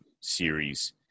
series